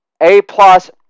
A-plus